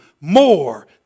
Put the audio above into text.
more